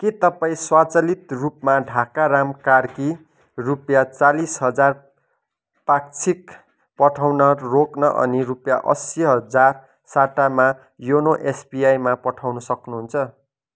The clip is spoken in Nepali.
के तपाईँ स्वचालित रूपमा ढाकाराम कार्की रुपियाँ चालिस हजार पाक्षिक पठाउन रोक्न अनि रुपियाँ अस्सी हजार सट्टामा योनो एसबिआईमा पठाउनु सक्नुहुन्छ